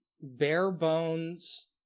bare-bones